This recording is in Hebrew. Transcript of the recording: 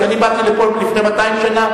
כי אני באתי לפה עוד לפני 200 שנה,